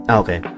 okay